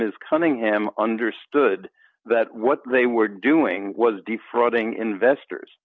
ms cunningham understood that what they were doing was defrauding investors